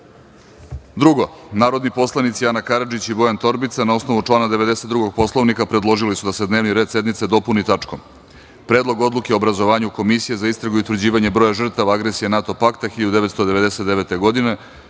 predlog. Narodni poslanici Ana Karadžić i Bojan Torbica na osnovu člana 92. Poslovnika, predložili su da se dnevni red sednice dopuni tačkom – Predlog odluke o obrazovanju komisije za istragu i utvrđivanje broja žrtava agresije NATO pakta 1999. godine,